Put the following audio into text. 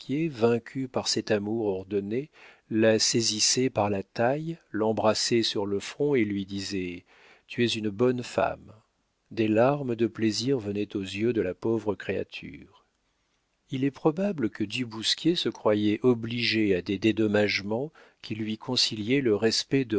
vaincu par cet amour ordonné la saisissait par la taille l'embrassait sur le front et lui disait tu es une bonne femme des larmes de plaisir venaient aux yeux de la pauvre créature il est probable que du bousquier se croyait obligé à des dédommagements qui lui conciliaient le respect